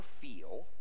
feel